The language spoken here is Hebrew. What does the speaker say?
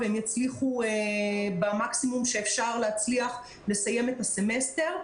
והם יצליחו במקסימום שאפשר להצליח לסיים את הסמסטר.